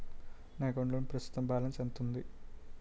నా అకౌంట్ లోని ప్రస్తుతం బాలన్స్ ఎంత ఉంది?